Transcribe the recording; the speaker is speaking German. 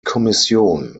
kommission